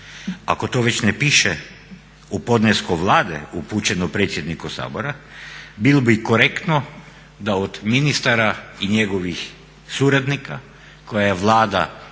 Ako to već ne piše u podnesku Vlade upućeno predsjedniku Sabora bilo bi korektno da od ministara i njegovih suradnika koje Vlada